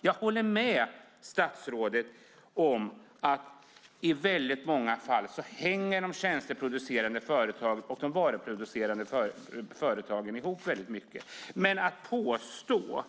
Jag håller med statsrådet om att de tjänsteproducerande företagen och de varuproducerande företagen i många fall hänger ihop. Men att påstå